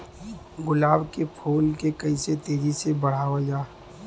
गुलाब क फूल के कइसे तेजी से बढ़ावल जा?